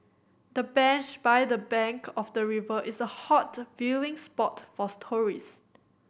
the bench by the bank of the river is a hot viewing spot for tourist